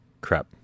Crap